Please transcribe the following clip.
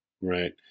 Right